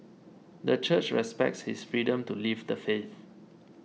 the church respects his freedom to leave the faith